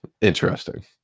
interesting